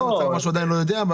והסמנכ"ל אמר שהוא עדיין לא יודע,